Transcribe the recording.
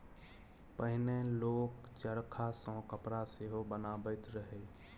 पहिने लोक चरखा सँ कपड़ा सेहो बनाबैत रहय